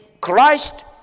Christ